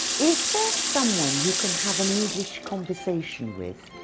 is there someone you can have an english conversation with?